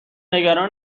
نگران